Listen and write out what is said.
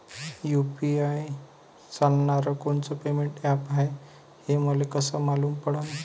UPI चालणारं कोनचं payment app हाय, हे मले कस मालूम पडन?